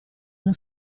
una